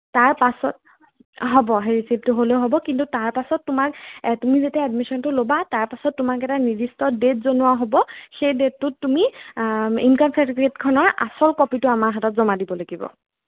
তাৰ পাছত হ'ব সেই ৰিচিপ্টটো হ'লেও হ'ব কিন্তু তাৰ পাছত তোমাৰ তুমি যেতিয়া এডমিশ্যনটো ল'বা তাৰপাছত তোমাক এটা নিৰ্দিষ্ট ডেট জনোৱা হ'ব সেই ডেটটোত তুমি ইনকম চাৰ্টিফিকেটখনৰ আচল কপিটো আমাৰ হাতত জমা দিব লাগিব